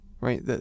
right